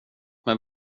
mig